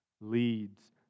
leads